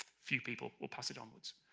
few people will pass it onwards.